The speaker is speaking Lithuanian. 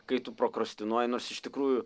kai tu prokrastinuoji nors iš tikrųjų